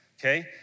Okay